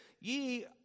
ye